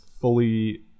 fully